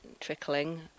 trickling